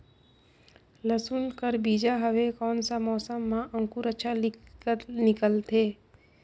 लसुन कर बीजा हवे कोन सा मौसम मां अंकुर अच्छा निकलथे?